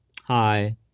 hi